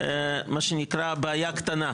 מה שנקרא, בעיה קטנה.